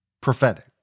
prophetic